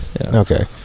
Okay